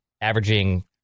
averaging